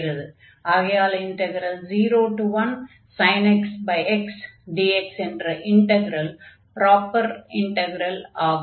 ஆகையால் 01 x xdx என்ற integral proper integral ஆகும்